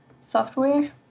software